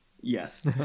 yes